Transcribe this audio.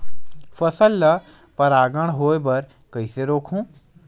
फसल ल परागण होय बर कइसे रोकहु?